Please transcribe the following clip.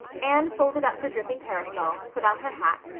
anne folded up her dripping parasol, put on her hat,